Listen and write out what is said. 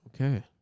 okay